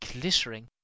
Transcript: glittering